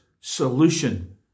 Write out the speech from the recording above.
solution